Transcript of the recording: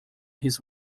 his